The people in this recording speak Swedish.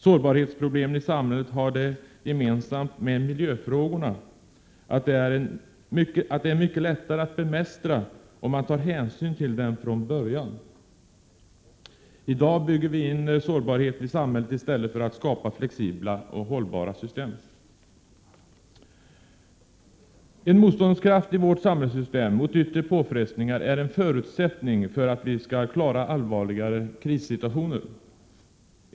Sårbarhetsproblemen i samhället — 1 juni 1988 har det gemensamt med miljöfrågorna att det är mycket lättare att bemästra dem om man tar hänsyn till dem från början. I dag bygger vi in sårbarheten i samhället i stället för att skapa flexibla och hållbara system. En motståndskraft i vårt samhällssystem mot yttre påfrestningar är en förutsättning för att vi skall klara allvarligare krissituationer.